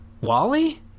wally